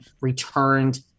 returned